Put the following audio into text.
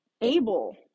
able